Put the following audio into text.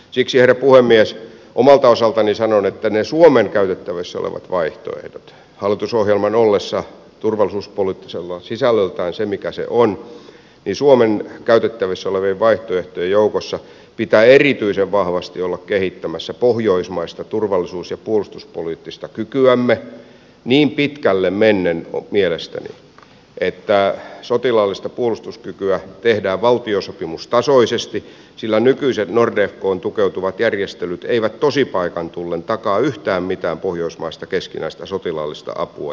siksi herra puhemies omalta osaltani sanon että suomen käytettävissä olevien vaihtoehtojen joukossa hallitusohjelman ollessa turvallisuuspoliittiselta sisällöltään se mikä se on jo suomen käytettävissä olevien vaihtoehtojen joukossa pitää erityisen vahvasti olla kehittämässä pohjoismaista turvallisuus ja puolustuspoliittista kykyämme niin pitkälle mennen mielestäni että sotilaallista puolustuskykyä tehdään valtiosopimustasoisesti sillä nykyiset nordefcoon tukeutuvat järjestelyt eivät tosipaikan tullen takaa yhtään mitään pohjoismaista keskinäistä sotilaallista apua ja turvaa